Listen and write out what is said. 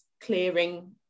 clearing